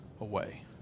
away